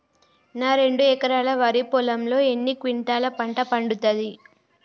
నా రెండు ఎకరాల వరి పొలంలో ఎన్ని క్వింటాలా పంట పండుతది?